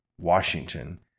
Washington